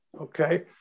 Okay